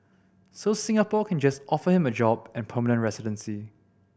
so Singapore can just offer him a job and permanent residency